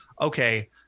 okay